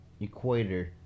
equator